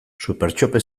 supertxope